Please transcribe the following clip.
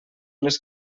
les